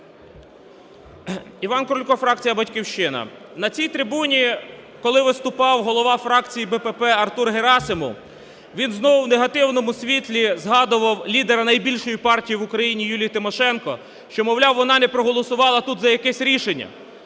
Іван Крулько, фракція "Батьківщина". На цій трибуні, коли виступав голова фракції БПП Артур Герасимов, він знову в негативному світлі згадував лідера найбільшої партії в Україні Юлію Тимошенко, що, мовляв, вона не проголосувала тут за якесь рішення.